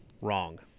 Wrong